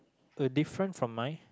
a different from mine